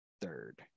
third